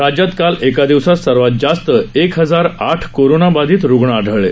राज्यात काल एका दिवसात सर्वात जास्त एक हजार आठ कोरोनाबाधित रुग्ण आढळले